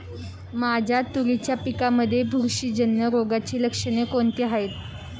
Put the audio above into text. माझ्या तुरीच्या पिकामध्ये बुरशीजन्य रोगाची लक्षणे कोणती आहेत?